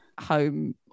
home